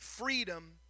freedom